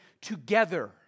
together